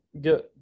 good